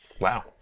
wow